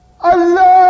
Allah